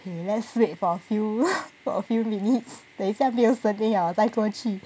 okay let's wait for a few for a few minutes later 等一下没有声音了再过去